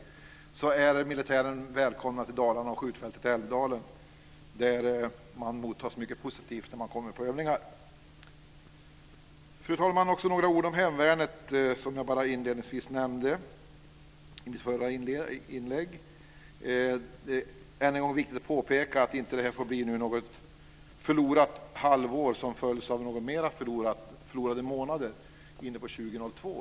Men i motsats till hur det är där så är militären välkommen till Dalarna och skjutfältet i Älvdalen där man mottas mycket positivt när man kommer på övningar. Fru talman! Jag ska säga några ord om hemvärnet, som jag inledningsvis nämnde i mitt förra inlägg. Det är än en gång viktigt att påpeka att detta inte får bli något förlorat halvår som följs av flera förlorade månader under 2002.